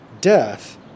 Death